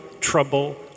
trouble